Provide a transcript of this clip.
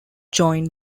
joined